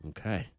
Okay